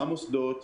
למוסדות,